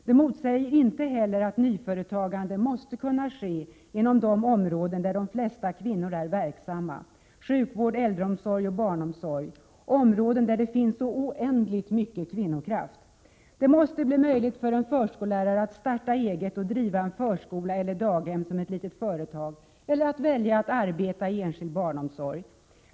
Det motsäger inte heller att nyföretagande måste kunna ske inom de områden där de flesta kvinnor är verksamma: sjukvård, äldreomsorg och barnomsorg — områden där det finns så oändligt mycket kvinnokraft! Det måste bli möjligt för en förskollärare att starta eget och driva en förskola eller ett daghem som ett litet företag eller att välja att arbeta i enskild barnomsorg.